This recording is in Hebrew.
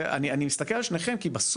זה, אני מסתכל על שניכם, כי בסוף,